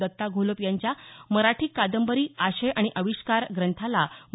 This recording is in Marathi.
दत्ता घोलप यांच्या मराठी कादंबरी आशय आणि अविष्कार ग्रंथाला म